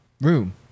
room